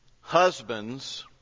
Husbands